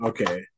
Okay